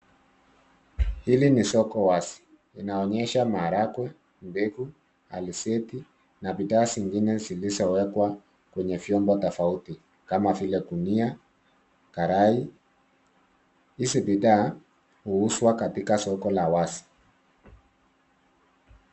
Hili ni soko wazi inaonyesha maharagwe, mbegu, alizeti, na bidhaa zingine zilizowekwa kwenye vyombo tofauti kama vile gunia, karai. Hizi bidhaa huuzwa katika soko la wazi.